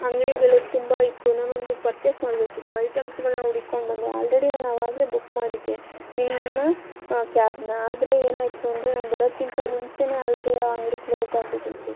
ಅಂಗಡಿಗಳು ತುಂಬ ಇತ್ತು ನಾನೊಂದು ಪರ್ಚೆಸ್ ಮಾಡಬೇಕಿತ್ತು ಐಟೆಮ್ಸಗಳನ್ನ ಹೂಡಿಕೊಂಡು ಬಂದೆ ಆಲ್ರೆಡಿ ನಾವು ಆಗಲೇ ಬುಕ್ ಮಾಡಿದ್ದೆ ನಿಮ್ಮನ್ನ ಕ್ಯಾಬ್ನ ಆದರೆ ಏನಾಯಿತು ಅಂದರೆ ನಾನು ಬರೋದಕ್ಕಿಂತ ಮುಂಚೆಯೇ ಆಲ್ರೆಡಿ ಆ ಅಂಗಡಿ ಕ್ಲೋಸಾಗ್ಬಿಟ್ಟಿತ್ತು